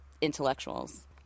intellectuals